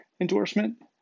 endorsement